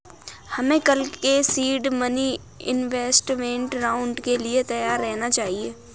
हमें कल के सीड मनी इन्वेस्टमेंट राउंड के लिए तैयार रहना चाहिए